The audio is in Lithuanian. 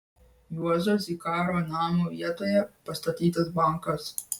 juozo zikaro namo vietoje pastatytas bankas